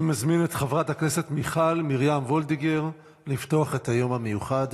אני מזמין את חברת הכנסת מיכל מרים וולדיגר לפתוח את היום המיוחד,